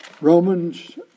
Romans